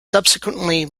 subsequently